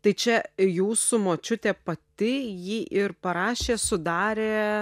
tai čia jūsų močiutė pati jį ir parašė sudarė